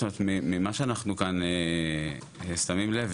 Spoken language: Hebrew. זאת אומרת ממה שאנחנו כאן שמים לב,